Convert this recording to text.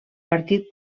partit